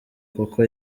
kuko